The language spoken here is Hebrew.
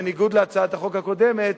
בניגוד להצעת החוק הקודמת,